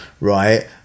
Right